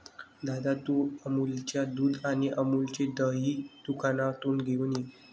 दादा, तू अमूलच्या दुध आणि अमूलचे दही दुकानातून घेऊन ये